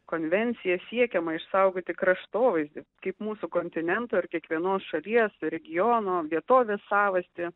konvencija siekiama išsaugoti kraštovaizdį kaip mūsų kontinento ir kiekvienos šalies regiono vietovės savastį